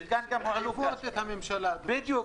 צריך שהממשלה תאריך